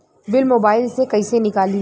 Bill mobile से कईसे निकाली?